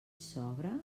sogra